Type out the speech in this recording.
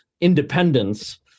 independence